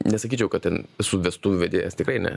nesakyčiau kad ten esu vestuvių vedėjas tikrai ne